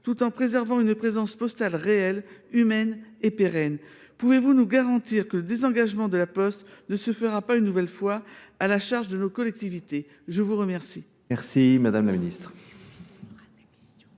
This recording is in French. tout en préservant une présence postale réelle, humaine et pérenne ? Pouvez vous nous garantir que le désengagement de La Poste ne se fera pas une nouvelle fois à la charge de nos collectivités ? La parole est à Mme la ministre